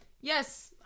Yes